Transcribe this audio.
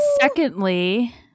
secondly